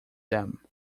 them